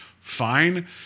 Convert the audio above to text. fine